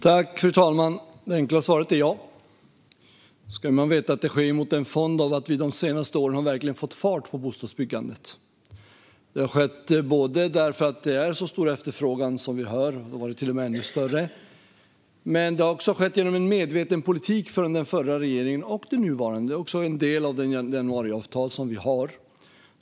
Fru talman! Det enkla svaret är ja. Man ska veta att detta sker mot en fond av att vi de senaste åren verkligen har fått fart på bostadsbyggandet. Det har skett därför att det är en så stor efterfrågan som vi hör att det är, eller till och med ännu större. Det har också skett genom en medveten politik av den förra regeringen och den nuvarande, och det är även en del av det januariavtal vi har.